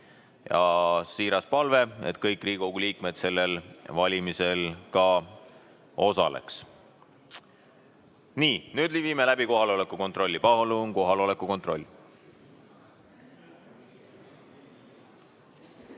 Siiras palve, et kõik Riigikogu liikmed sellel valimisel ka osaleksid. Nii. Nüüd viime läbi kohaloleku kontrolli. Palun kohaloleku kontroll!